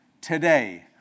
today